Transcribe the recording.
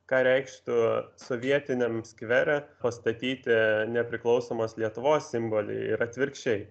ką reikštų sovietiniam skvere pastatyti nepriklausomos lietuvos simbolį ir atvirkščiai